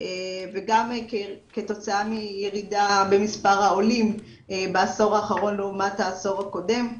וגם כתוצאה מירידה במספר העולים בעשור האחרון לעומת העשור הקודם.